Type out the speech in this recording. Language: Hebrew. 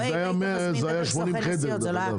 זה היה 80 חדרים, דרך אגב.